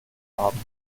haben